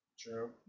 True